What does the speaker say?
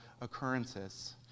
occurrences